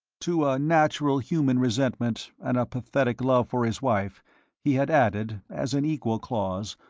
to a natural human resentment and a pathetic love for his wife he had added, as an equal clause,